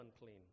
unclean